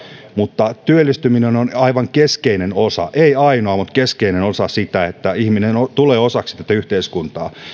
mutta työllistyminen on aivan keskeinen osa ei ainoa mutta keskeinen osa sitä että ihminen tulee osaksi tätä yhteiskuntaa